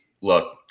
Look